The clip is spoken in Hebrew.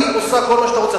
היא עושה כל מה שאתה רוצה,